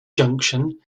junction